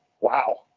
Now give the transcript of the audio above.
wow